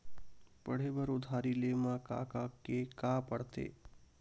पढ़े बर उधारी ले मा का का के का पढ़ते?